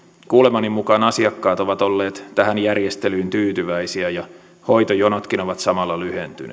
kuulemani mukaan asiakkaat ovat olleet tähän järjestelyyn tyytyväisiä ja hoitojonotkin ovat samalla lyhentyneet